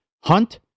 Hunt